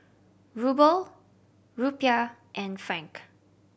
Ruble Rupiah and Franc